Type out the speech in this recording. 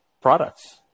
products